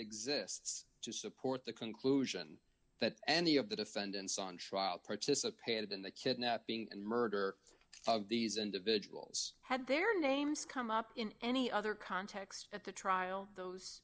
exists to support the conclusion that any of the defendants on trial participated in the kidnapping and murder of these individuals had their names come up in any other context at the trial those